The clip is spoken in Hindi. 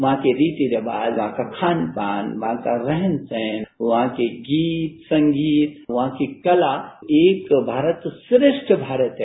वहां के रीति रिवाज वहां का खानपान वहां का रहन सहन वहां के गीत संगीत वहां की कला एक भारत श्रेष्ठ भारत है